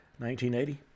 1980